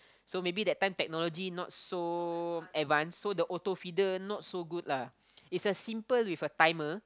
so maybe that time technology not so advance so the auto feeder not so good lah it's a simple with a timer